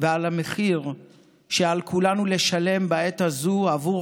ועל המחיר שעל כולנו לשלם בעת הזאת עבור